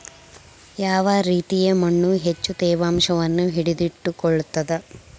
ಯಾವ ರೇತಿಯ ಮಣ್ಣು ಹೆಚ್ಚು ತೇವಾಂಶವನ್ನು ಹಿಡಿದಿಟ್ಟುಕೊಳ್ತದ?